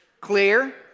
clear